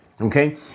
Okay